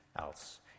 else